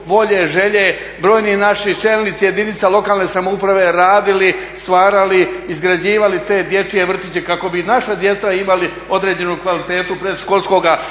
volje, želje brojni naši čelnici jedinica lokalne samouprave radili, stvarali, izgrađivali te dječje vrtiće kako bi naša djeca imali određenu kvalitetu predškolskoga